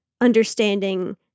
understanding